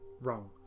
wrong